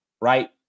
right